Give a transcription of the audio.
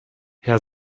herr